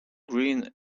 green